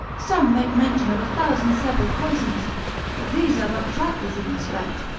some make mention of a thousand several poisons but these are but trifles in respect.